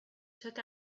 took